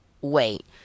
wait